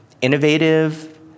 innovative